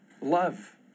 love